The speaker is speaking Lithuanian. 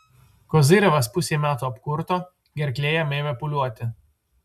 kozyrevas pusei metų apkurto gerklė jam ėmė pūliuoti